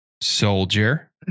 soldier